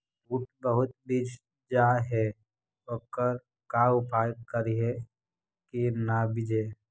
बुट बहुत बिजझ जा हे ओकर का उपाय करियै कि न बिजझे?